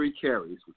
carries